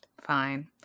fine